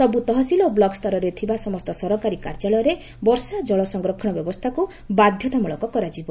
ସବୁ ତହସିଲ ଓ ବ୍ଲକ ସ୍ତରରେ ଥିବା ସମସ୍ତ ସରକାରୀ କାର୍ଯ୍ୟାଳୟରେ ବର୍ଷାଚ୍ଚଳ ସଂରକ୍ଷଣ ବ୍ୟବସ୍ଥାକୁ ବାଧ୍ୟତାମୂଳକ କରାଯିବ